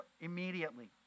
immediately